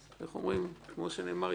כמו שנאמר יחלוקו.